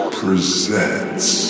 presents